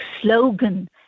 slogan